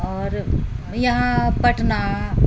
आओर यहाँ पटना